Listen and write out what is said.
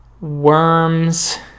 worms